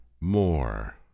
more